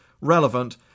relevant